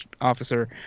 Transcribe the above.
officer